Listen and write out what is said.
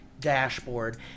dashboard